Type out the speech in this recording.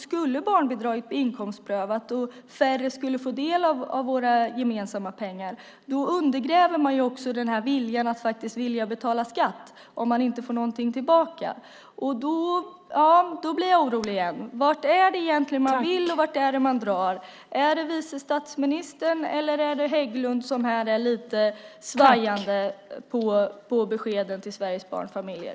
Skulle barnbidraget bli inkomstprövat och färre få del av våra gemensamma pengar undergräver man också viljan att betala skatt genom att man inte får någonting tillbaka. Då blir jag orolig igen. Vart är det man vill, och vart är det man drar? Gäller det som vice statsministern säger eller det som Hägglund säger, som här är lite svajande när det gäller beskeden till Sveriges barnfamiljer?